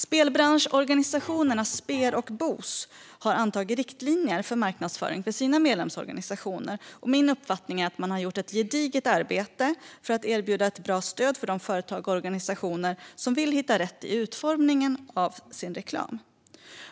Spelbranschorganisationerna Sper och Bos har antagit riktlinjer för marknadsföring för sina medlemsorganisationer, och min uppfattning är att man har gjort ett gediget arbete för att erbjuda ett bra stöd för de företag och organisationer som vill hitta rätt i utformningen av sin reklam.